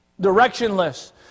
directionless